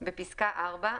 בפסקה (4),